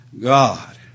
God